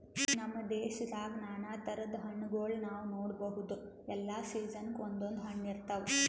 ನಮ್ ದೇಶದಾಗ್ ನಾನಾ ಥರದ್ ಹಣ್ಣಗೋಳ್ ನಾವ್ ನೋಡಬಹುದ್ ಎಲ್ಲಾ ಸೀಸನ್ಕ್ ಒಂದೊಂದ್ ಹಣ್ಣ್ ಇರ್ತವ್